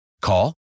Call